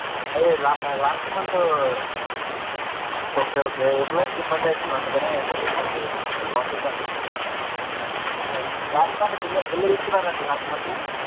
అదే లా last month okay okay ఎంప్లాయిస్కి ఇబ్బంది అవుతుంది అందుకనే అండి మీకు కాల్ చేయాల్సి వచ్చింది లాస్ట్ మంత్ బిల్ బిల్ తీసుకున్నారా అండి లాస్ట్ మంత్